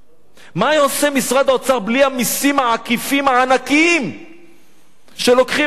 מה היה עושה משרד האוצר בלי המסים העקיפים הענקיים שלוקחים מהציבור הזה,